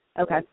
Okay